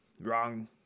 wrong